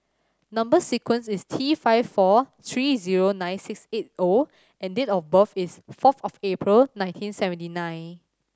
number sequence is T five four three zero nine six eight O and date of birth is fourth of April nineteen seventy nine